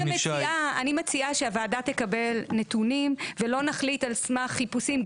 אני מציעה שהוועדה תקבל נתונים ולא נחליט על סמך חיפושים,